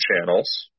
channels